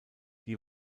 die